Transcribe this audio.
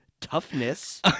toughness